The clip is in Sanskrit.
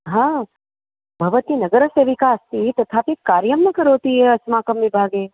हा भवती नगरसेविका अस्ति तथापि कार्यं न करोति अस्माकं विभागे